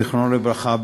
זיכרונו לברכה,